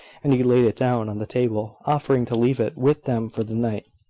and he laid it down on the table, offering to leave it with them for the night,